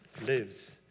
lives